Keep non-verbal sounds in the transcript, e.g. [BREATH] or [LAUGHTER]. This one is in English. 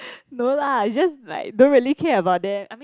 [BREATH] no lah it's just like don't really care about them I mean